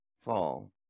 fall